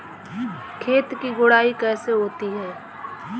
खेत की गुड़ाई कैसे होती हैं?